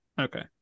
okay